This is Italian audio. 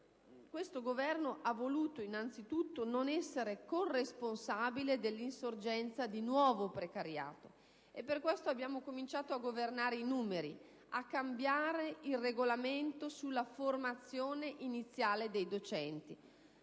Questo Governo ha voluto innanzitutto non essere corresponsabile dell'insorgenza di nuovo precariato. Per questo abbiamo cominciato a governare i numeri e a cambiare il regolamento sulla formazione iniziale dei docenti.